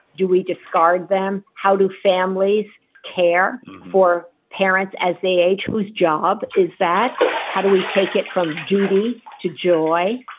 do we discard them? how do families care for parents as they age? whose job is that? how do we take it from duty to joy?